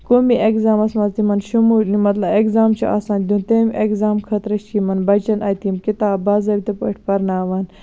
قومی ایٚگزامَس مَنٛز تمن شموٗل مَطلَب ایٚگزام چھُ آسان دیُن تمہِ ایٚگزام خٲطرٕ چھِ یِمَن بَچَن اَتہِ تِم کِتابہٕ باضٲبطہٕ پٲٹھۍ پَرناوان